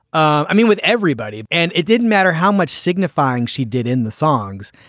um i mean, with everybody. and it didn't matter how much signifying she did in the songs.